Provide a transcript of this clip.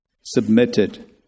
submitted